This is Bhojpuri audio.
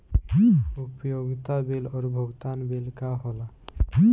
उपयोगिता बिल और भुगतान बिल का होला?